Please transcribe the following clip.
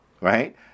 right